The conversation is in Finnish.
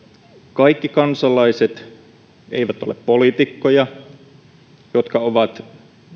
kaikki kansalaiset eivät ole poliitikkoja jotka ovat